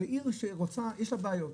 הרי עיר שרוצה יש לה בעיות,